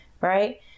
right